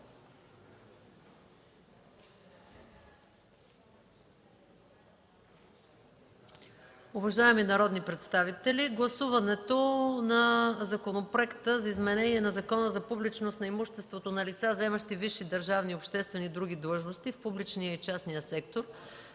Уважаеми народни представители, гласуването на Законопроекта за изменение на Закона за публичност на имуществото на лица, заемащи висши държавни, обществени и други длъжности в публичния и частния сектор